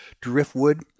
Driftwood